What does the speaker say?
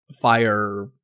fire